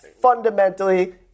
fundamentally